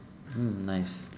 mm nice